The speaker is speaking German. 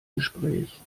gespräch